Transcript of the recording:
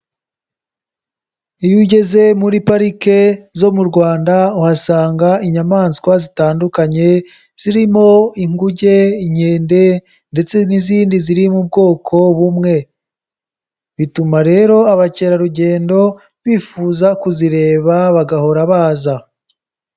Iyo ugeze muri parike zo mu Rwanda, uhasanga inyamaswa zitandukanye, zirimo inguge, inkende ndetse n'izindi ziri mu bwoko bumwe, bituma rero abakerarugendo bifuza kuzireba bagahora baza.